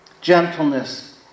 gentleness